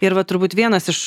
ir va turbūt vienas iš